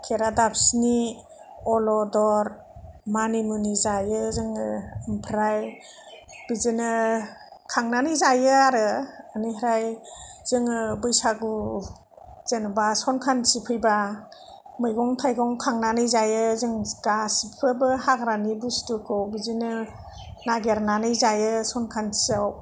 खेरादाफिनि अल'दर मानिमुनि जायो जोङो ओमफ्राय बिदिनो खांनानै जायो आरो बेनिफ्राय जोङो बैसागु जेनेबा संख्रान्थि फैबा मैगं थाइगं खांनानै जायो जों गासैफोरबो हाग्रानि बुस्थुखौ बिदिनो नागिरनानै जायो संख्रान्थियाव